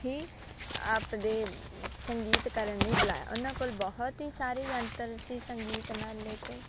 ਹੀ ਆਪਣੇ ਸੰਗੀਤ ਕਰਨ ਨਹੀਂ ਬੁਲਾਇਆ ਉਹਨਾਂ ਕੋਲ ਬਹੁਤ ਹੀ ਸਾਰੇ ਯੰਤਰ ਸੀ ਸੰਗੀਤ ਨਾਲ ਰਿਲੇਟਡ